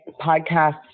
podcast